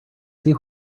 see